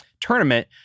tournament